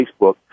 Facebook